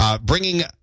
Bringing